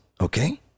okay